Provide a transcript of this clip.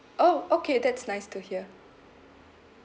!ow! okay that's nice to hear